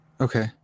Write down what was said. okay